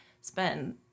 spend